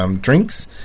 drinks